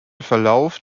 verlauf